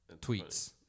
tweets